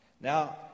Now